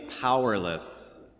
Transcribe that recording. powerless